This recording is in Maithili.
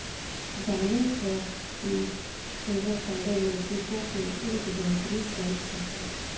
जानै छौ कि एवोकाडो मैक्सिको के एक बेहतरीन फल छेकै